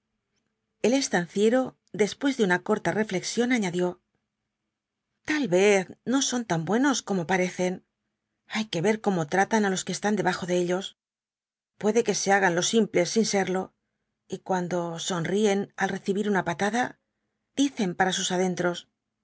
el estanciero después de una corta reflexión añadió tal vez no son tan buenos como parecen hay que ver cómo tratan á los que están debajo de ellos puede que se hagan los simples sin serlo y cuando sonríen al recibir una patada dicen para sus adentros